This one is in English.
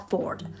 Ford